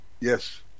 Yes